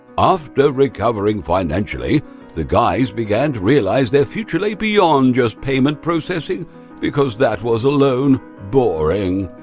after recovering financially the guys began to realize their future lay beyond just payment processing because that was alone boring.